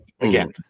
Again